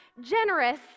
generous